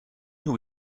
who